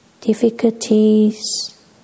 difficulties